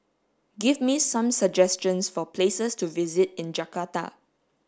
give me some suggestions for places to visit in Jakarta